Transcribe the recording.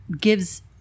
gives